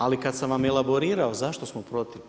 Ali kada sam vam elaborirao zašto smo protiv.